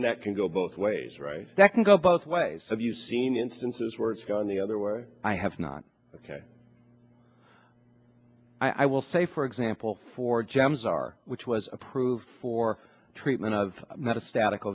that can go both ways right that can go both ways have you seen instances where it's gone the other way i have not ok i will say for example for gems are which was approved for treatment of not a static